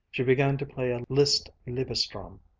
she began to play a liszt liebes-traum.